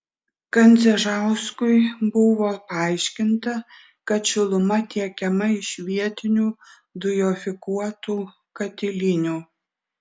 kandzežauskui buvo paaiškinta kad šiluma tiekiama iš vietinių dujofikuotų katilinių